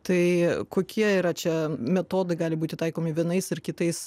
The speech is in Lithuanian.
tai kokie yra čia metodai gali būti taikomi vienais ar kitais